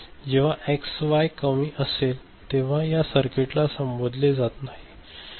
जेव्हा एक्स आणि वाय कमी असेल तेव्हा या सर्किटला संबोधले जात नाही